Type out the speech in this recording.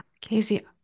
Casey